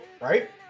right